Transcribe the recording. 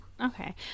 Okay